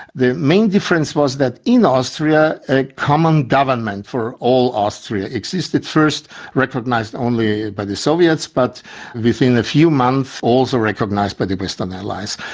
the main difference was that in austria a common government for all austria existed, first recognised only by the soviets, but within a few months also recognised by the western allies.